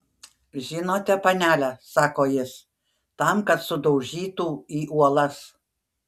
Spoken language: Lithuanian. žinote panele sako jis tam kad sudaužytų į uolas